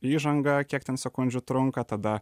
įžanga kiek ten sekundžių trunka tada